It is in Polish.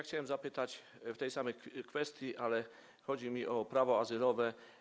Chciałem zapytać w tej samej kwestii, ale chodzi mi o prawo azylowe.